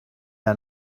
der